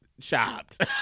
Chopped